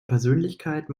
persönlichkeit